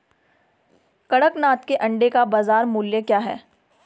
कड़कनाथ के अंडे का बाज़ार मूल्य क्या है?